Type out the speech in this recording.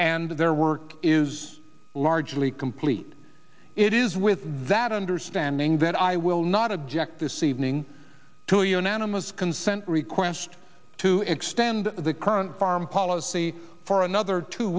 and their work is largely complete it is with that understanding that i will not object this evening to unanimous consent request to extend the current farm policy for another two